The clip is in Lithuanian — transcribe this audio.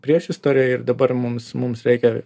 priešistorėje ir dabar mums mums reikia